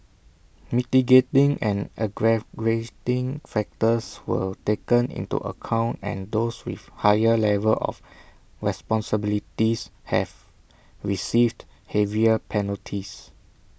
mitigating and aggravating factors were taken into account and those with higher level of responsibilities have received heavier penalties